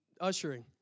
ushering